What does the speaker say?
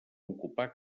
ocupar